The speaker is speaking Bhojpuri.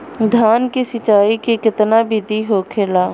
धान की सिंचाई की कितना बिदी होखेला?